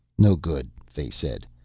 no good, fay said.